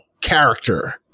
Character